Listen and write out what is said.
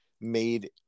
made